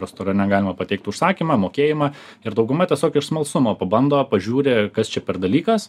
restorane galima pateikt užsakymą mokėjimą ir dauguma tiesiog iš smalsumo pabando pažiūri kas čia per dalykas